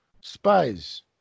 spies